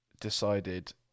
decided